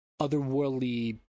otherworldly